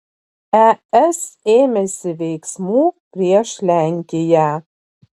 es ėmėsi veiksmų prieš lenkiją